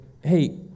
hey